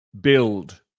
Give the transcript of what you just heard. Build